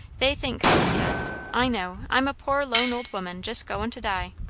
they think, folks does i know i'm a poor lone old woman, just going to die.